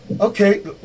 Okay